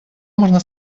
можно